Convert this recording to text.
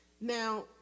Now